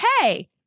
hey